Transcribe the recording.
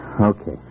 Okay